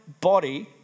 body